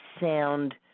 sound